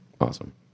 Awesome